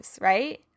right